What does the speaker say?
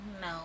No